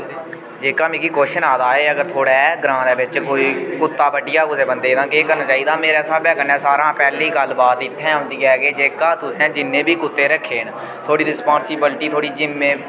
जेह्का मिगी कोश्चन आए दा ऐ अगर थुआढ़े ग्रांऽ दे बिच्च कोई कुत्ता बड्डी जा कुसै बन्दे तां केह् करना चाहिदा मेरे स्हाबै कन्नै सारे हा पैह्ली गल्लबात इत्थै औंदी ऐ कि जेह्का तुसें जिन्ने बी कुत्ते रक्खे ने थुआढ़ी रिस्पान्सिबिलिटी थुआढ़ी जिम्मे